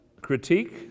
critique